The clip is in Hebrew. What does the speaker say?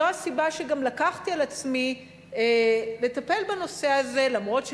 זאת הסיבה שגם לקחתי על עצמי לטפל בנושא הזה אף-על-פי